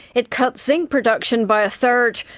it cut zinc production by a third,